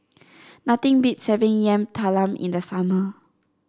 nothing beats having Yam Talam in the summer